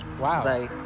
Wow